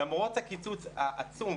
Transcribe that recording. למרות הקיצוץ העצום,